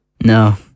No